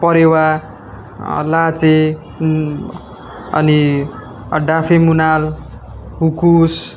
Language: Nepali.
परेवा लाहाँचे अनि डाँफे मुनाल हुकुस